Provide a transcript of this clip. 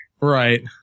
Right